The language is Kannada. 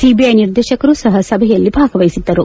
ಸಿಬಿಐ ನಿರ್ದೇಶಕರು ಸಹ ಸಭೆಯಲ್ಲಿ ಭಾಗವಹಿಸಿದ್ದರು